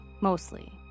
mostly